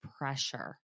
pressure